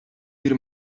bir